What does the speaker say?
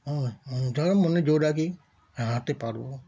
হুম তাও মনে জোর রাখি হাঁটতে পারব